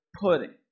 pudding